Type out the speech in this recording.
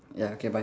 ya okay bye